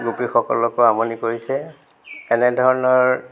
গোপীসকলকো আমনি কৰিছে এনেধৰণৰ